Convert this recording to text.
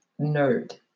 Nerd